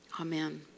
amen